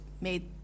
made